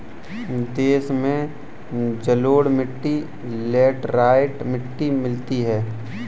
देश में जलोढ़ मिट्टी लेटराइट मिट्टी मिलती है